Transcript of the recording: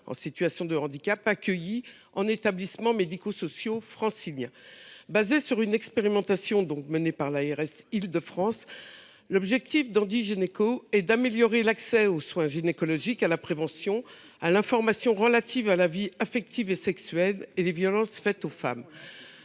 en situation de handicap accueillies dans les établissements médico sociaux franciliens. Basé sur une expérimentation menée par cette ARS, l’objectif d’Handigynéco est d’améliorer l’accès aux soins gynécologiques, à la prévention, ainsi qu’à l’information sur la vie affective et sexuelle et sur les violences faites aux femmes.